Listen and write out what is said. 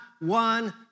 one